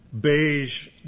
beige